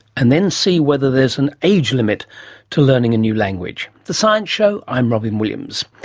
and then see whether there is an age limit to learning a new language. the science show, i'm robyn williams.